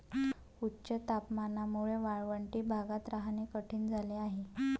उच्च तापमानामुळे वाळवंटी भागात राहणे कठीण झाले आहे